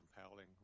compelling